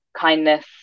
kindness